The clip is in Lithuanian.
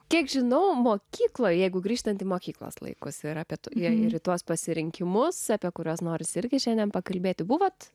kiek žinau mokykla jeigu grįžtant į mokyklos laikus yra bet jei ir į tuos pasirinkimus apie kurias norisi irgi šiandien pakalbėti buvot